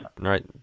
Right